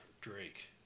Drake